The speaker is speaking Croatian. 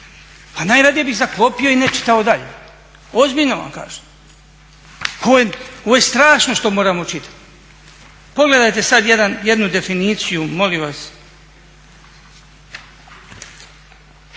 pa najradije bi zaklopio i ne čitao dalje, ozbiljno vam kažem. Ovo je strašno što moramo čitati. Pogledajte sada jednu definiciju molim vas,